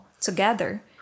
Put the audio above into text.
together